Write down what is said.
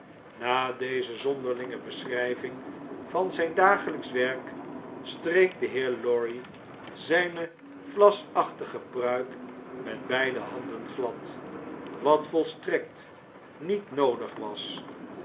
na deze zonderlinge beschrijving van zijn dagelijksch werk streek de heer lorry zijne vlasachtige pruik met beide handen glad wat volstrekt niet noodig was